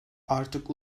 artık